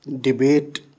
debate